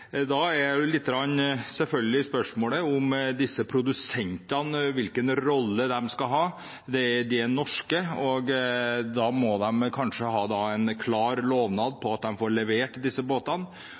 Da er selvfølgelig spørsmålet hvilken rolle disse produsentene skal ha. De er norske, og da må de kanskje ha en klar lovnad